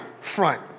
front